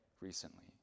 recently